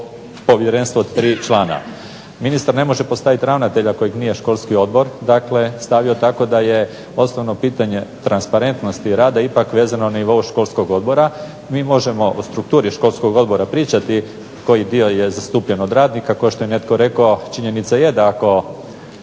povjerenstvo od 3 člana. Ministar ne može postavit ravnatelja kojeg nije školski odbor stavio tako da je osnovno pitanje transparentnosti rada ipak vezano na nivou školskog odbora. Mi možemo o strukturi školskog odbora pričati koji dio je zastupljen od radnika, kao što je netko rekao činjenica je da ako